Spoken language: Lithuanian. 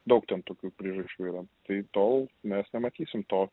daug ten tokių priežasčių yra tai tol mes nematysim to